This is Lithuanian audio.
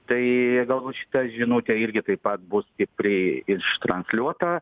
tai galbūt šita žinutė irgi taip pat bus stipriai iš transliuota